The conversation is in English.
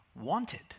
wanted